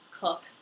cook